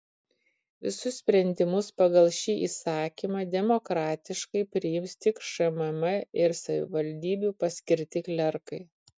visus sprendimus pagal šį įsakymą demokratiškai priims tik šmm ir savivaldybių paskirti klerkai